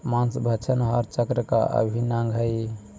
माँसभक्षण आहार चक्र का अभिन्न अंग हई